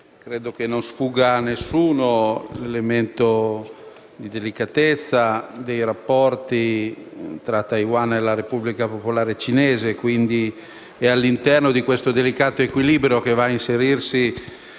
credo non sfugga a nessuno l'elemento di delicatezza dei rapporti tra Taiwan e la Repubblica Popolare Cinese, quindi è all'interno di tale delicato equilibrio che va a inserirsi